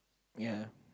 ya